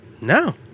no